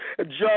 John